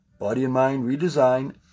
Bodyandmindredesign